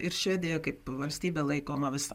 ir švedija kaip valstybė laikoma vis